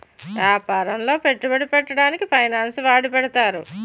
యాపారములో పెట్టుబడి పెట్టడానికి ఫైనాన్స్ వాడి పెడతారు